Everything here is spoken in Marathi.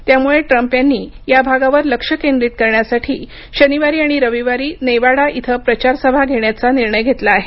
त्यामुळे ट्रम्प यांनी या भागावर लक्ष केंद्रित करण्यासाठी शनिवारी आणि रविवारी नेवाडा इथं प्रचारसभा घेण्याचा निर्णय घेतला आहे